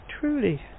Truly